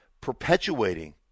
perpetuating